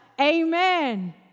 amen